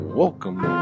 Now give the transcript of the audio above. welcome